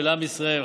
ולעם ישראל,